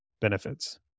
benefits